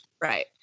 Right